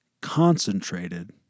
concentrated